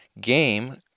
game